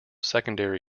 secondary